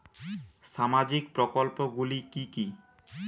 সামাজিক প্রকল্পগুলি কি কি?